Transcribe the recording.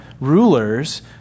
rulers